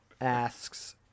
Asks